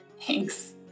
Thanks